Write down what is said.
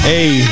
Hey